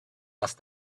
asked